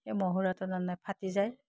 এই মহুৰাটো তাৰমানে ফাটি যায়